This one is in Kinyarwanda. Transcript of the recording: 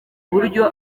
buryo